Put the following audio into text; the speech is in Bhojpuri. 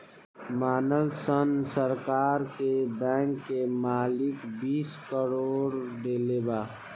मानल सन सरकार के बैंक के मालिक बीस करोड़ देले बा